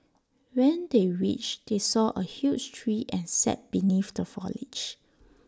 when they reached they saw A huge tree and sat beneath the foliage